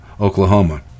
Oklahoma